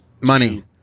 Money